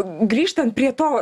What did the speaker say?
grįžtant prie to